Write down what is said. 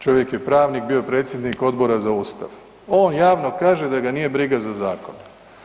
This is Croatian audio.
Čovjek je pravnik, bio predsjednik Odbora za Ustav, on javno kaže da ga nije briga za zakon.